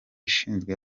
ishinzwe